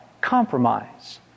Compromise